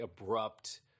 abrupt